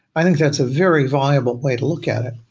i think that's a very viable way to look at it.